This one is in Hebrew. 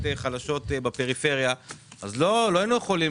חלשות בפריפריה אז לא היינו יכולים,